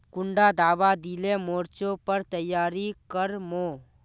कुंडा दाबा दिले मोर्चे पर तैयारी कर मो?